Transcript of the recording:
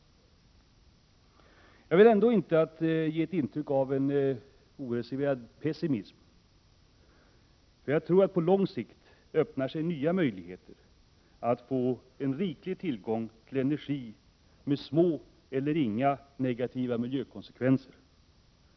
Jag vill ändå inte efterlämna ett intryck av oreserverad pessimism. På lång sikt öppnas nya möjligheter för en riklig tillgång till energi med små eller inga negativa miljökonsekvenser.